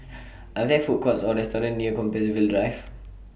Are There Food Courts Or restaurants near Compassvale Drive